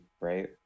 right